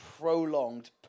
prolonged